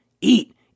Eat